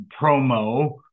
promo